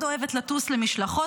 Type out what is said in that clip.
היא מאוד אוהבת לטוס למשלחות,